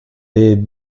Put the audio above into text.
est